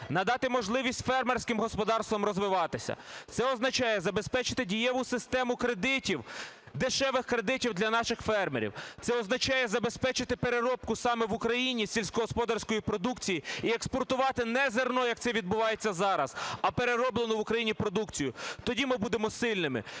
надати можливість фермерським господарствам розвиватися, це означає, забезпечити дієву систему кредитів, дешевих кредитів для наших фермерів. Це означає забезпечити переробку саме в Україні сільськогосподарської продукції і експортувати не зерно, як це відбувається зараз, а перероблену в Україні продукцію. Тоді ми будемо сильними,